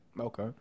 Okay